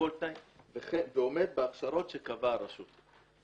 ועומד בהכשרות שקבעה הרשות.